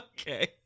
Okay